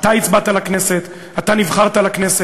אתה הצבעת לכנסת, אתה נבחרת לכנסת.